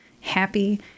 Happy